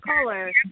caller